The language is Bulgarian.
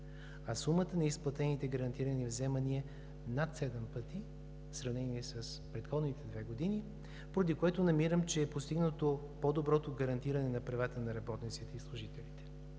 а сумата на изплатените гарантирани вземания – над 7 пъти, в сравнение с предходните две години, поради което намирам, че е постигнато по-доброто гарантиране на правата на работниците и служителите